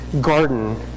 garden